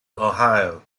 ohio